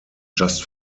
just